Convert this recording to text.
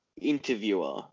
interviewer